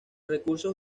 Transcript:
recursos